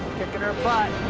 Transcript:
kicking our butt.